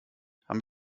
haben